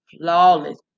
Flawless